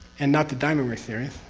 and not the diamond way series,